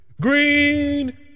Green